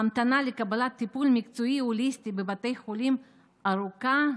ההמתנה לקבלת טיפול מקצועי הוליסטי בבתי חולים ארוכה מאוד.